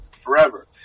Forever